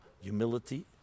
humility